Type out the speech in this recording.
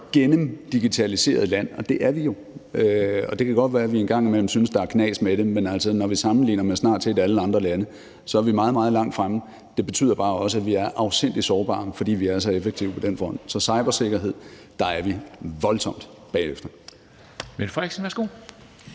gennemdigitaliseret land – og det er vi jo, selv om det kan godt være, at vi en gang imellem synes, at der er knas med det, men når vi sammenligner os med stort set alle andre lande, er vi meget, meget langt fremme – betyder det bare også, at vi er afsindig sårbare, netop fordi vi er så effektive på den front. Så med hensyn til cybersikkerhed er vi voldsomt bagefter.